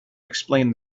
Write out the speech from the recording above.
explained